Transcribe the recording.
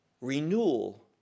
renewal